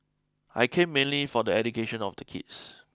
I came mainly for the education of the kids